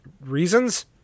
reasons